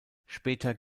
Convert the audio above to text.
später